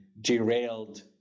derailed